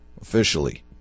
officially